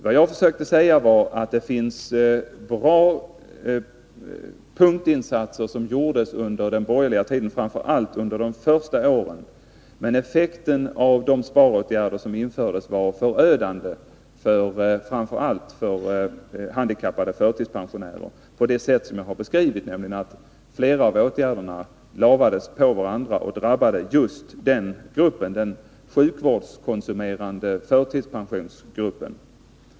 Vad jag försökte säga var att det gjordes bra punktinsatser under den borgerliga tiden, framför allt under de första åren. Men effekten av de sparåtgärder som vidtogs var förödande för framför allt handikappade och förtidspensionärer på det sätt jag har beskrivit, alltså att flera av åtgärderna ”lagrades” på varandra och drabbade just den sjukvårdskonsumerande förtidspensionsgruppen.